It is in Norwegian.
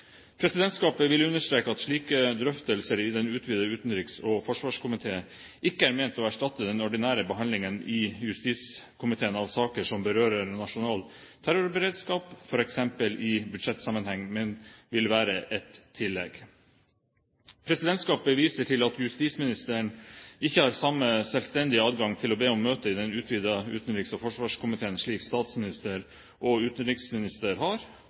Presidentskapet vil understreke at slike drøftelser i den utvidede utenriks- og forsvarskomiteen ikke er ment å erstatte den ordinære behandlingen i justiskomiteen av saker som berører nasjonal terrorberedskap, f.eks. i budsjettsammenheng, men vil være et tillegg. Presidentskapet viser til at justisministeren ikke har samme selvstendige adgang til å be om møte i den utvidede utenriks- og forsvarskomiteen, slik statsministeren og utenriksministeren har,